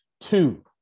two